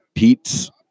Pete's